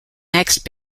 next